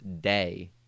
day